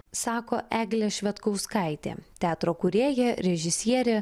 sako eglė švedkauskaitė teatro kūrėja režisierė